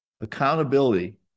Accountability